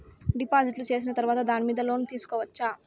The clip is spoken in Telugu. డిపాజిట్లు సేసిన తర్వాత దాని మీద లోను తీసుకోవచ్చా?